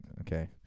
Okay